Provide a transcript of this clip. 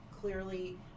clearly